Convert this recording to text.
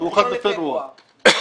מה-1 בפברואר.